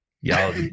y'all